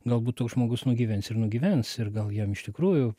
galbūt toks žmogus nugyvens ir nugyvens ir gal jam iš tikrųjų